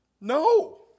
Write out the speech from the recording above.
No